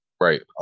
right